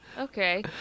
Okay